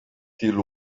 till